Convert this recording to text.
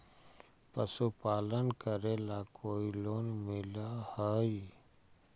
पशुपालन करेला कोई लोन मिल हइ?